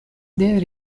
there